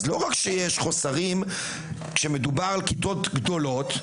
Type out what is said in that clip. לא רק שיש חוסרים כשמדובר על כיתות גדולות.